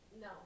No